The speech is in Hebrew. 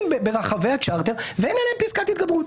ברחבי הצ'רטר ואין עליהם פסקת התגברות.